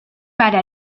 para